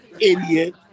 Idiot